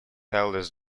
eldest